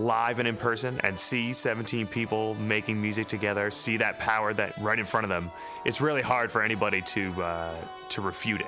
live and in person and see seventy people making music together see that power that right in front of them it's really hard for anybody to to refute